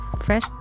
fresh